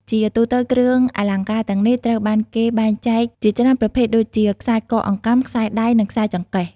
ជាទូទៅ គ្រឿងអលង្ការទាំងនេះត្រូវបានគេបែងចែកជាច្រើនប្រភេទដូចជា ខ្សែកអង្កាំ ខ្សែដៃ និង ខ្សែចង្កេះ។